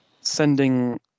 sending